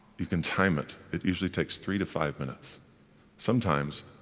you can time it, it usually takes three to five minutes sometimes,